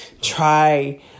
try